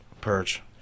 Purge